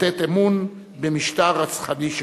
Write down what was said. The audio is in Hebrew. לתת אמון במשטר רצחני שכזה.